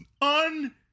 un